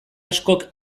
askok